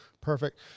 Perfect